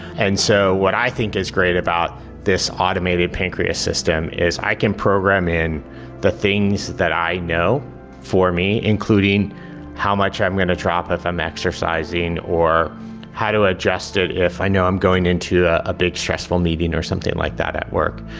and so what i think is great about this automated pancreas system is i can program in the things that i know for me, including how much i'm going to drop if i'm exercising or how to adjust it if i know i'm going into a big stressful meeting or something like that at work.